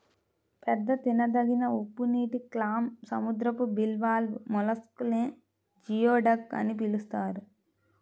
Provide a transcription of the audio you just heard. పెద్ద తినదగిన ఉప్పునీటి క్లామ్, సముద్రపు బివాల్వ్ మొలస్క్ నే జియోడక్ అని పిలుస్తారు